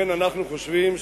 אנחנו חושבים,